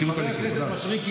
חבר הכנסת מישרקי,